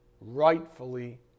rightfully